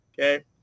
Okay